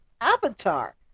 avatar